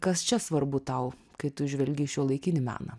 kas čia svarbu tau kai tu žvelgi į šiuolaikinį meną